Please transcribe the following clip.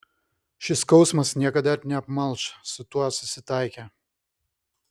šis skausmas niekada neapmalš su tuo susitaikė